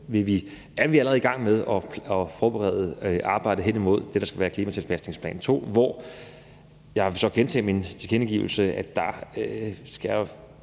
er vi allerede i gang med at forberede arbejdet hen imod det, der skal være klimatilpasningsplan 2, og jeg vil så gentage min tilkendegivelse og sige,